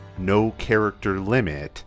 NoCharacterLimit